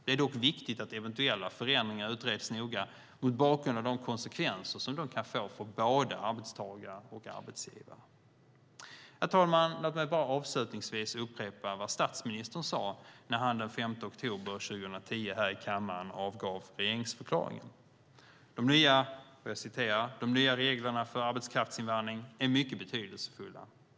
Det är dock viktigt att eventuella förändringar utreds noga mot bakgrund av de konsekvenser som de kan få för både arbetstagaren och arbetsgivaren. Herr talman! Låt mig avslutningsvis upprepa vad statsministern sade när han den 5 oktober 2010 här i kammaren avgav regeringsförklaringen. "De nya reglerna för arbetskraftsinvandring är mycket betydelsefulla.